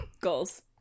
Goals